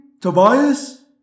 Tobias